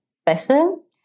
special